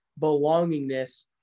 belongingness